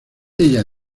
ella